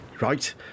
Right